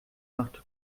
machte